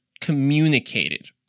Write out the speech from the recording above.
communicated